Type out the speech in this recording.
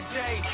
day